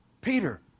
Peter